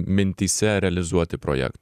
mintyse realizuoti projektą